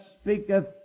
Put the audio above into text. speaketh